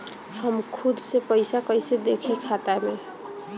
हम खुद से पइसा कईसे देखी खाता में?